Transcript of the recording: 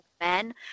men